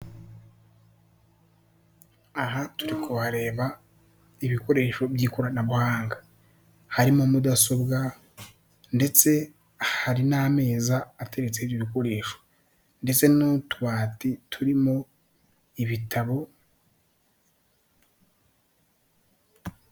Aha turi kuhareba ibikoresho by'ikoranabuhanga, harimo mudasobwa ndetse hari n'ameza ateretseho ibyo bikoresho, ndetse n'utubati turimo ibitabo.